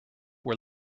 were